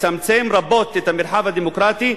תצמצם רבות את המרחב הדמוקרטי,